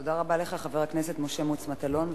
תודה רבה לחבר הכנסת משה מוץ מטלון.